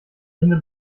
ende